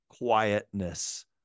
quietness